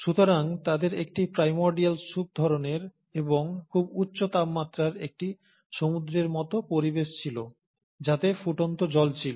সুতরাং তাদের একটি প্রাইমোরডিয়াল স্যুপ ধরনের এবং খুব উচ্চ তাপমাত্রার একটি সমুদ্রের মতো পরিবেশ ছিল যাতে ফুটন্ত জল ছিল